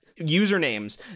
usernames